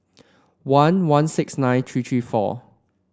one one six nine three three four